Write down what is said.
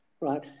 right